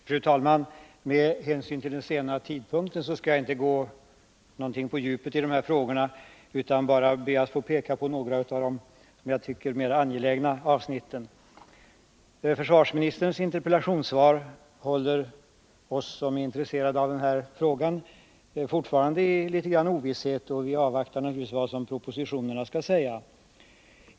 Fru talman! Med hänsyn till den sena tidpunkten skall jag inte gå på djupet i de här frågorna utan bara peka på några av de, som jag tycker, mera angelägna avsnitten. Försvarsministerns interpellationssvar håller oss som är intresserade av den här frågan fortfarande litet grand i ovisshet. Vi avvaktar naturligtvis vad propositionerna skall säga.